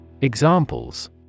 Examples